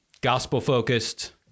Gospel-focused